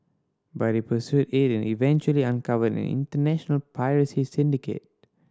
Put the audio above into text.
but he pursued it and eventually uncovered an international piracy syndicate